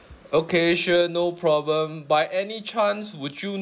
okay sure no problem by any chance would you